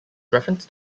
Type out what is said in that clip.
reference